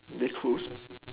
they closed